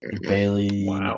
Bailey